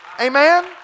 Amen